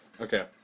okay